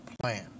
plan